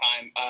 time